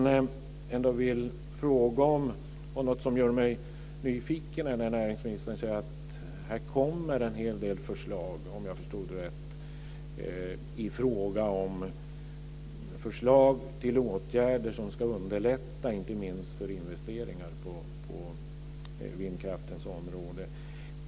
Det som jag vill fråga om och som gör mig nyfiken är att näringsministern säger att det kommer en hel del förslag - om jag förstod det rätt - till åtgärder som ska underlätta inte minst för investeringar på vindkraftens område.